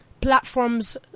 platforms